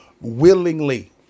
willingly